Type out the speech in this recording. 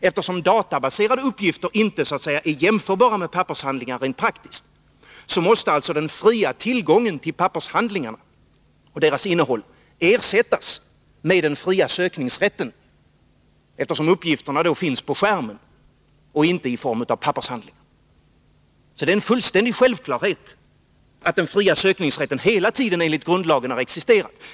Eftersom databaserade uppgifter inte så att säga är jämförbara med pappershandlingar rent praktiskt, måste alltså den fria tillgången till pappershandlingar och deras innehåll ersättas med den fria sökningsrätten då uppgifterna finns på skärmen och inte i form av pappershandlingar. Det är en fullständig självklarhet att den fria sökningsrätten hela tiden enligt grundlagen har existerat.